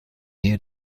nähe